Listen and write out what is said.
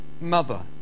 mother